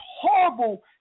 horrible